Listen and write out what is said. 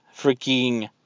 freaking